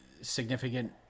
significant